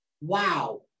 wow